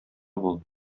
бул